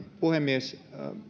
puhemies